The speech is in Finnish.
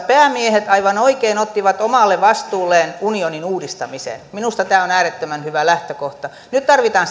päämiehet aivan oikein ottivat omalle vastuulleen unionin uudistamisen minusta tämä on äärettömän hyvä lähtökohta nyt tarvitaan